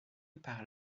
par